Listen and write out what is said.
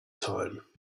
time